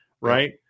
right